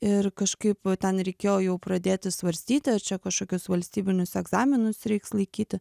ir kažkaip ten reikėjo jau pradėti svarstyti ar čia kažkokius valstybinius egzaminus reiks laikyti